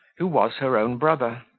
who was her own brother.